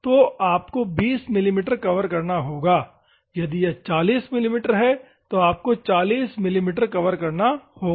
तो आपको 20 मिमी कवर करना होगा यदि यह 40 मिमी है तो आपको 40 मिमी कवर करना होगा